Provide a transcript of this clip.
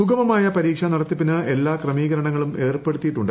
സുഗമമായ പരീക്ഷാ നടത്തിപ്പിന് എല്ലാ ക്രമീകരണങ്ങളുംഏർപ്പെടുത്തിയിട്ടുണ്ട്